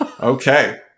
Okay